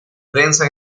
prensa